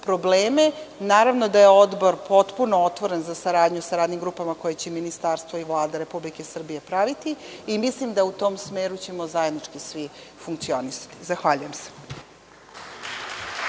probleme. Naravno da je Odbor potpuno otvoren za saradnju sa radnim grupama koje će ministarstvo i Vlada Republike Srbije praviti. Mislim da ćemo u tom smeru zajednički svi funkcionisati. Zahvaljujem.